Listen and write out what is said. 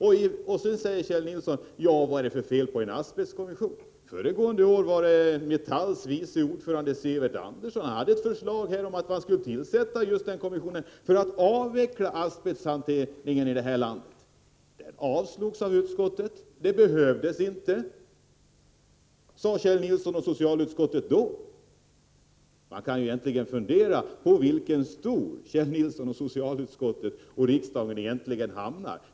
Så frågar Kjell Nilsson: Vad är det för fel på asbestkommissionen? Föregående år föreslog Metalls vice ordförande Sivert Andersson att man skulle tillsätta just den kommissionen för att avveckla asbesthanteringen i detta land. Hans motion avstyrktes av utskottet. Kommissionen behövs inte, sade Kjell Nilsson och socialutskottet då. Man kan fundera över på vilken stol Kjell Nilsson, socialutskottet och riksdagen egentligen hamnar.